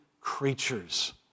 creatures